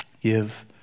Give